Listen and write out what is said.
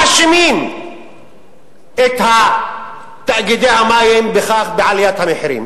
מאשימים את תאגידי המים בעליית המחירים?